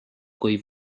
kui